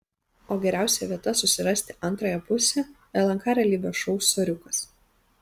o geriausia vieta susirasti antrąją pusę lnk realybės šou soriukas